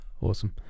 Awesome